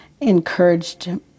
encouraged